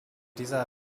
dieser